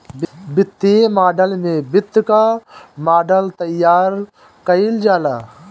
वित्तीय मॉडल में वित्त कअ मॉडल तइयार कईल जाला